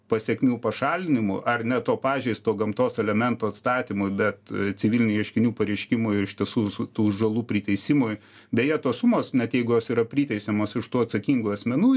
pasekmių pašalinimui ar ne to pažeisto gamtos elemento atstatymui bet civilinių ieškinių pareiškimų ir iš tiesų visų tų žalų priteisimui beje tos sumos net jeigu jos yra priteisiamos iš tų atsakingų asmenų